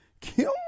Kim